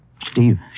Steve